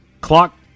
clock